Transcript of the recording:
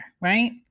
right